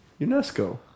Unesco